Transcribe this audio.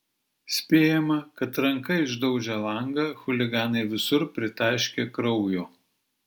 spėjama kad ranka išdaužę langą chuliganai visur pritaškė kraujo